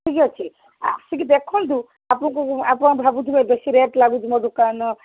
ଠିକ୍ ଅଛି ଆସିକି ଦେଖନ୍ତୁ ଆପଣଙ୍କୁ ଆପଣ ଭାବୁଥିବେ ବେଶୀ ରେଟ୍ ଲାଗୁଛି ମୋ ଦୋକାନ